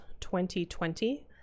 2020